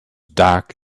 dark